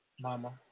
Mama